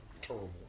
terrible